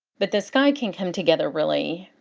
but the sky can come together really,